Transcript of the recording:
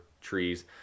trees